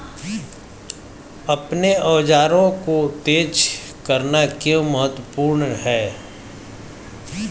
अपने औजारों को तेज करना क्यों महत्वपूर्ण है?